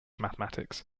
mathematics